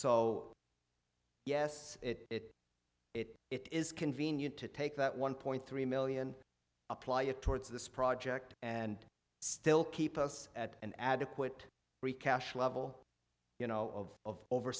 so yes it it it is convenient to take that one point three million apply it towards this project and still keep us at an adequate free cash level you know of o